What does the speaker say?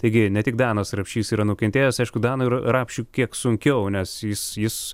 taigi ne tik danas rapšys yra nukentėjęs aišku danui rapšiui kiek sunkiau nes jis jis